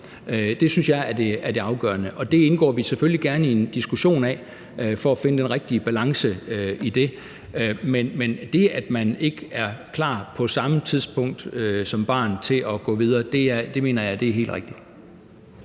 Det synes jeg er det afgørende, og det indgår vi selvfølgelig gerne i en diskussion om for at finde den rigtige balance i det. Men det, at man ikke er klar på samme tidspunkt som barn til at gå videre, mener jeg er helt rigtigt.